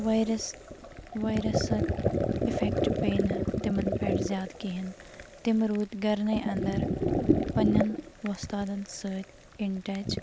virus وایرسٕک effect پییہِ نہٕ تِمن پیٹھ زیادٕ کِہینۍ تِم رود گَرنی انر پَننٮ۪ن ۄستادن سۭتۍ اِن ٹَچ